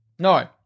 No